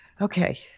okay